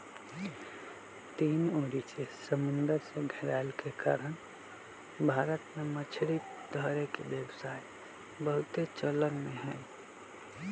तीन ओरी से समुन्दर से घेरायल के कारण भारत में मछरी धरे के व्यवसाय बहुते चलन में हइ